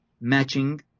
matching